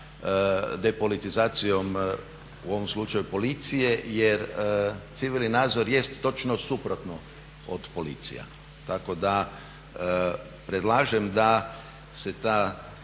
depolitizacijom u ovom slučaju policije, jer civilni nadzor jest točno suprotno od policija, tako da predlažem da se ta